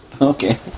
okay